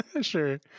Sure